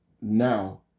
Now